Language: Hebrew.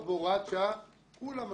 לא משנה, אנחנו כבר לא צריכים,